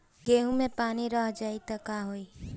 गेंहू मे पानी रह जाई त का होई?